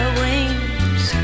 wings